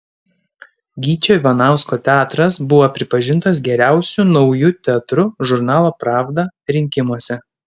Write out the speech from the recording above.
gyčio ivanausko teatras buvo pripažintas geriausiu nauju teatru žurnalo pravda rinkimuose